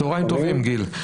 צהריים טובים, גיל.